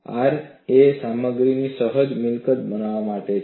R એ સામગ્રીની સહજ મિલકત માનવામાં આવે છે